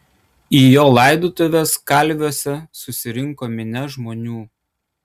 į jo laidotuves kalviuose susirinko minia žmonių